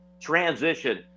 transition